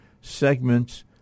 segments